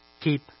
Keep